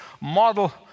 model